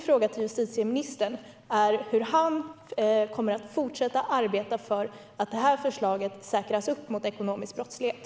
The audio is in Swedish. Hur kommer justitieministern att fortsätta att arbeta för att förslaget säkras mot ekonomisk brottslighet?